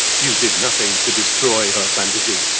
you did nothing to destroy her fantasy.